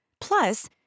Plus